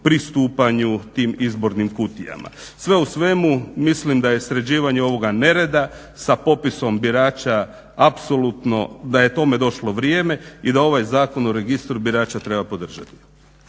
pristupanju tim izbornim kutijama. Sve u svemu mislim da je sređivanje ovoga nereda sa popisom birača apsolutno da je tome došlo vrijeme i da ovaj Zakon o registru birača treba podržati.